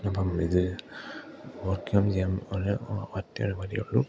അപ്പം ഇത് ഓവർക്കം ചെയ്യാൻ ഒരു ഒറ്റൊരു വഴിയേ ഉള്ളു